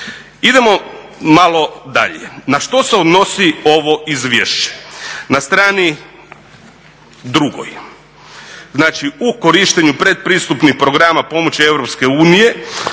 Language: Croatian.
Idemo malo dalje. Na što se odnosi ovo izvješće? Na strani 2, znači u korištenju pretpristupnih programa pomoći